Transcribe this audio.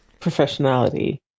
professionality